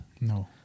No